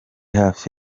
hafi